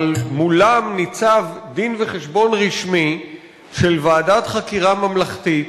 אבל מולם ניצב דין-וחשבון רשמי של ועדת חקירה ממלכתית,